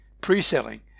pre-selling